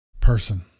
person